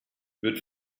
wird